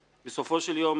בסופו של יום,